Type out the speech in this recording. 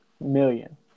million